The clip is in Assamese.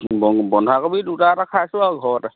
বন্ধাকবি দুটা এটা খাইছোঁ আৰু ঘৰতে